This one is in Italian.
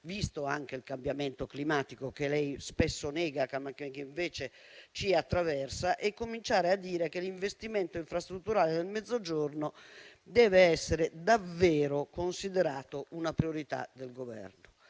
visto anche il cambiamento climatico, che lei spesso nega, Ministro, e che invece ci attraversa, e cominciare a dire che l'investimento infrastrutturale nel Mezzogiorno deve essere davvero considerato una priorità del Governo.